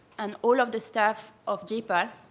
and all of the staff of j-pal,